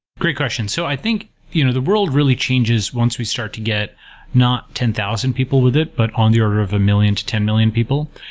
great question. so i think you know the world really changes once we start to get not ten thousand people with it, but on the order of a million to ten million people,